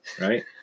Right